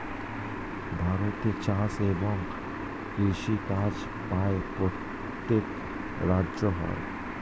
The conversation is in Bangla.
ভারতে চাষ এবং কৃষিকাজ প্রায় প্রত্যেক রাজ্যে হয়